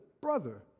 brother